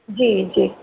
जी जी